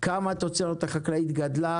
כמו תוצרת החקלאית גדלה,